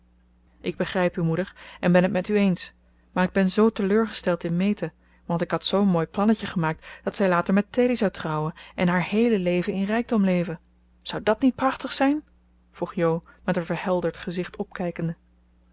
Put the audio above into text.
ik begrijp u moeder en ben het met u eens maar ik ben zoo teleurgesteld in meta want ik had zoo'n mooi plannetje gemaakt dat zij later met teddy zou trouwen en haar heele leven in rijkdom leven zou dat niet aardig zijn vroeg jo met een verhelderd gezicht opkijkende